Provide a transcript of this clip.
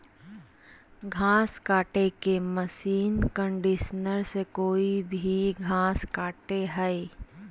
घास काटे के मशीन कंडीशनर से कोई भी घास कटे हइ